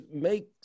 make